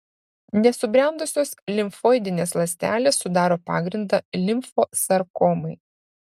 nesubrendusios limfoidinės ląstelės sudaro pagrindą limfosarkomai